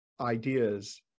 ideas